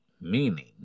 Meaning